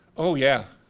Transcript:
oh yeah.